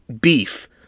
beef